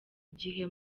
igihe